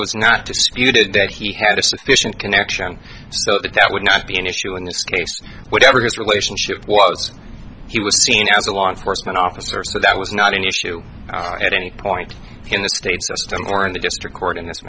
was not disputed that he had a sufficient connection so that that would not be an issue in this case whatever his relationship was he was seen as a law enforcement officer so that was not an issue at any point in the state system or in the district court in this